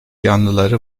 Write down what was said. yanlıları